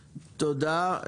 תודה.